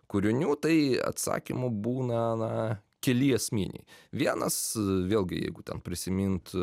kūrinių tai atsakymų būna keli esminiai vienas vėlgi jeigu ten prisimint